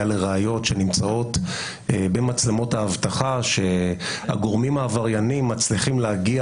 לראיות שנמצאות במצלמות האבטחה כאשר הגורמים העבריינים מצליחים להגיע